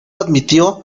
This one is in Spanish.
admitió